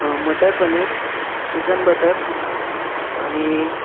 मटर paneer chicken butter आणि